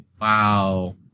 Wow